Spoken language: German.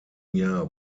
jahr